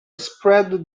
spread